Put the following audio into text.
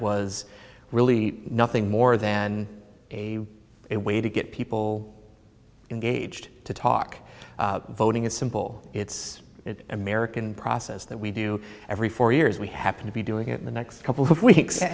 was really nothing more than a way to get people engaged to talk voting it's simple it's american process that we do every four years we happen to be doing it in the next couple of weeks and